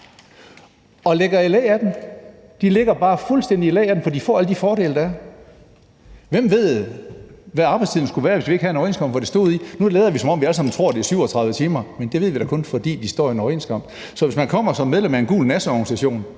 og ligger i læ af dem. De ligger fuldstændig i læ af dem, for de får alle de fordele, der er. Hvem ville vide, hvad arbejdstiden skulle være, hvis vi ikke havde en overenskomst, som det står i? Nu lader vi, som om vi alle sammen tror, at det er 37 timer, men det ved vi da kun, fordi det står i en overenskomst. Man kan som medlem af en gul nasseorganisation